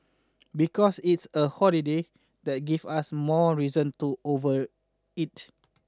because it's a holiday that gives us more reason to overeat